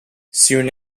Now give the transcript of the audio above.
soon